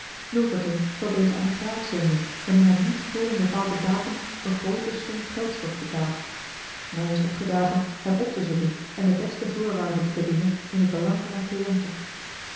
milverton zal deze aan den graaf zenden wanneer hem niet voor een bepaalden datum een groote som gelds wordt betaald mij is opgedragen hem op te zoeken en de beste voorwaarden te bedingen in het belang van mijn cliënte